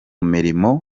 mirimo